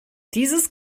dieses